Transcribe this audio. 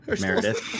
Meredith